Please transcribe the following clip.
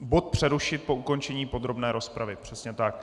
Bod přerušit po ukončení podrobné rozpravy, přesně tak.